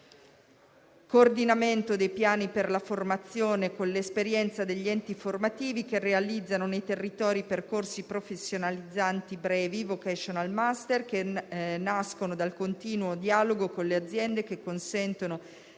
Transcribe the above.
coordinamento dei piani per la formazione con l'esperienza degli enti formativi che realizzano nei territori percorsi professionalizzanti brevi, *vocational master*, che nascono dal continuo dialogo con le aziende e che consentono